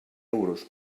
euros